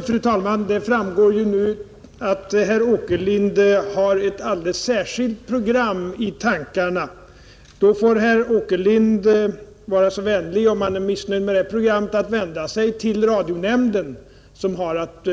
Fru talman! Det framgår nu att herr Åkerlind har ett alldeles särskilt program i tankarna. Om han är missnöjd med det programmet, får han vara så vänlig och vända sig till radionämnden, som har att